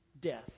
death